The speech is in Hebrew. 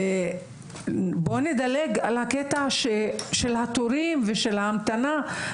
ובוא נדלג על הקטע של התורים ושל ההמתנה,